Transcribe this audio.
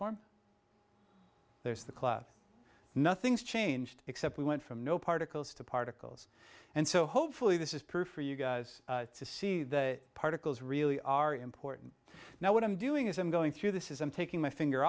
form there's the cloud nothing's changed except we went from no particles to particles and so hopefully this is proof for you to see the particles really are important now what i'm doing is i'm going through this is i'm taking my finger